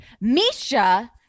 Misha